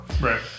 right